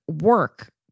work